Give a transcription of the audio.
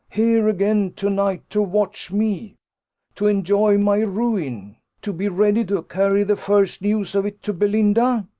here again to-night to watch me to enjoy my ruin to be ready to carry the first news of it to belinda?